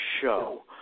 show